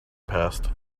passed